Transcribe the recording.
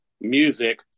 music